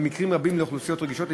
במקרים רבים לאוכלוסיות רגישות.